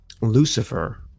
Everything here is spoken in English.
Lucifer